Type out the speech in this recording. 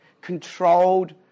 controlled